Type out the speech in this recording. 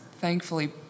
thankfully